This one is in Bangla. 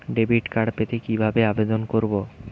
ডেবিট কার্ড পেতে কি ভাবে আবেদন করব?